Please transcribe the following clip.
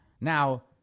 now